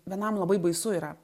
vienam labai baisu yra